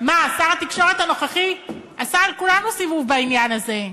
שר התקשורת הנוכחי עשה על כולנו סיבוב בעניין הזה.